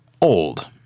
old